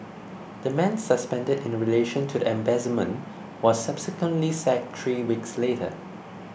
the man suspended in relation to the embezzlement was subsequently sacked three weeks later